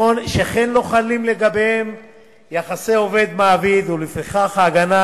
שכן לא חלים לגביהן יחסי עובד-מעביד, ולפיכך ההגנה